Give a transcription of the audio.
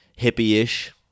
hippie-ish